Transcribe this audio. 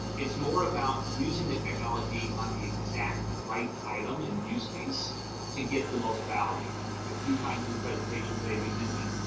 it's more about using the technology on the exact right item and use case to get the most value a few times in the presentation today we've mentioned,